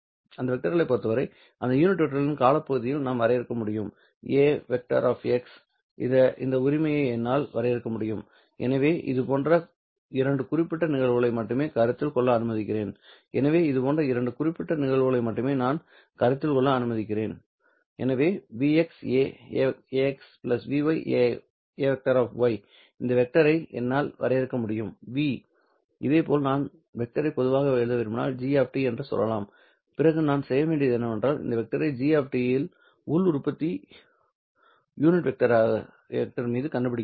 அந்த வெக்டர்களைப் பொறுத்தவரை அந்த யூனிட் வெக்டர்களின் காலப்பகுதியில் நான் வரையறுக்க முடியும் âx இந்த உரிமையை என்னால் வரையறுக்க முடியும் எனவே இதுபோன்ற இரண்டு குறிப்பிட்ட நிகழ்வுகளை மட்டுமே கருத்தில் கொள்ள அனுமதிக்கிறேன் எனவே இதுபோன்ற இரண்டு குறிப்பிட்ட நிகழ்வுகளை மட்டுமே நான் கருத்தில் கொள்ள அனுமதித்தேன் எனவே vx âx vy ây இந்த வெக்டரை என்னால் வரையறுக்க முடியும்v இதேபோல் நான் வெக்டரை பொதுவாக எழுத விரும்பினால் g என்று சொல்லலாம் பிறகு நான் செய்ய வேண்டியது என்னவென்றால் இந்த வெக்டர் g இன் உள் உற்பத்தியை யூனிட் வெக்டர் மீது கண்டுபிடிக்கவும்